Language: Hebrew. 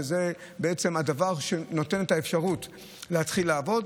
שזה בעצם הדבר שנותן את האפשרות להתחיל לעבוד,